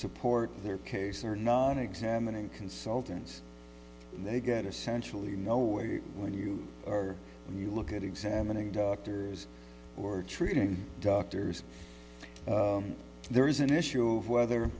support their case or non examining consultants they get essentially no way when you are when you look at examining doctors or treating doctors there is an issue of whether